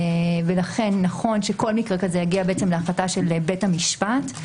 ולכן נכון שכל מקרה ככזה יגיע להחלטה של בית המשפט.